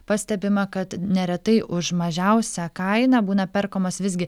pastebima kad neretai už mažiausią kainą būna perkamas visgi